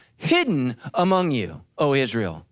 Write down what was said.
hidden among you o israel,